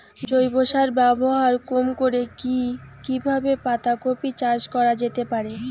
জৈব সার ব্যবহার কম করে কি কিভাবে পাতা কপি চাষ করা যেতে পারে?